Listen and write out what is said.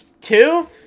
Two